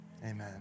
amen